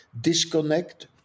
disconnect